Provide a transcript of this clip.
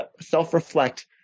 self-reflect